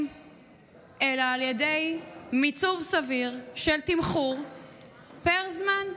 אלא על ידי מיצוב סביר של תמחור פר זמן.